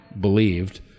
believed